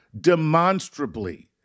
demonstrably